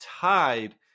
tied